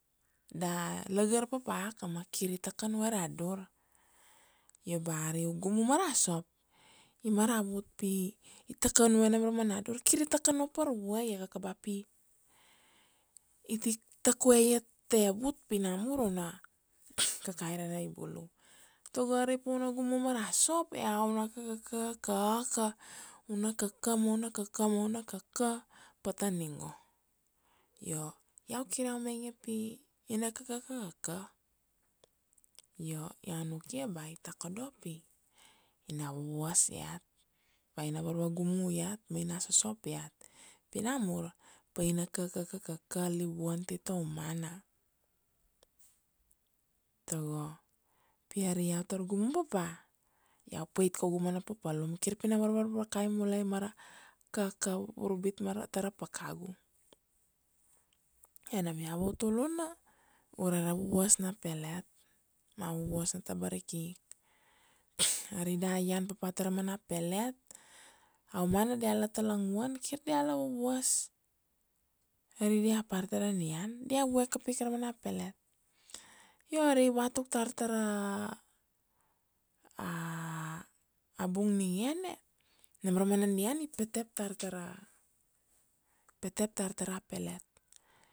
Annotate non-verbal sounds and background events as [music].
da lagar papaka ma kir i takan vue ra dur. Io ba ari u gumu ma ra sop i maravut pi takan vue nam ra mana dur, kir i takan vapar vue ia kaka ba pi i ti tak vue iat ta evut na mur u na [noise] kakairanai bulu. Tago ari pa u na gumu ma ra sop ea u na kakakak, u na kaka ma u na kaka, ma u na kaka pata ningo. Io, iau kir iau mainge pi na kakaka, io iau nukia ba i takodo pi na vuvuas iat ba ina varva gumu iat ma ina sosop iat pi na mur, pa ina kakaka livuan tai ta u mana. Tago pi ari iau tar gumu papa, iau pait kaugu mana papalum kir pi na varvakai mulai ma ra kaka vurbit ma ra ta ra pakagu. Io nam avautuluna ure ra vuvuas na pelet, ma a vuvuas na tabarikik, [noise] ari da ian papa ta ra mana pelet, a u mana dia la talanguan kir dia la vuvuas, ari dia par ta ra nian dia vue kapi ra mana pelet. Io ari va tuk tar ta ra [hesitation] abung ningene nam ra mana nian i petep tar ta ra, petep tar ta ra pelet